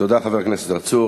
תודה, חבר הכנסת צרצור.